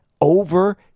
over